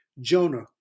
Jonah